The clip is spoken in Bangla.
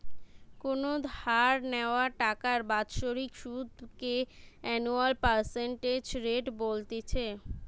কোনো ধার নেওয়া টাকার বাৎসরিক সুধ কে অ্যানুয়াল পার্সেন্টেজ রেট বলতিছে